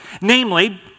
Namely